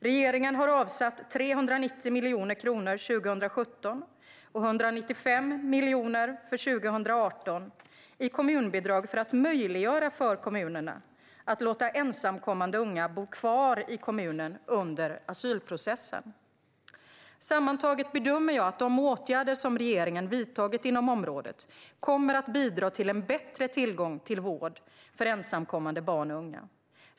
Regeringen har avsatt 390 miljoner kronor 2017 och 195 miljoner 2018 i kommunbidrag för att möjliggöra för kommunerna att låta ensamkommande unga bo kvar i kommunen under asylprocessen. Sammantaget bedömer jag att de åtgärder som regeringen vidtagit inom området kommer att bidra till en bättre tillgång till vård för ensamkommande barn och unga.